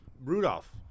Rudolph